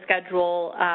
schedule